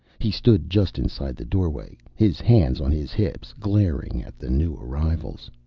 he stood just inside the doorway, his hands on his hips, glaring at the new arrivals.